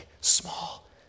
small